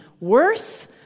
Worse